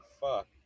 Fuck